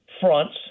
fronts